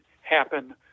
happen